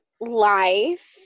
life